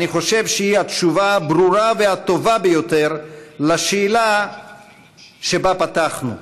אני חושב שהיא התשובה הברורה והטובה ביותר לשאלה שבה פתחנו: